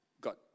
got